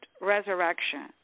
resurrection